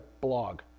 blog